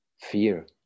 fear